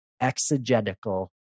exegetical